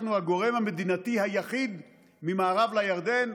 אנחנו הגורם המדינתי היחיד ממערב לירדן,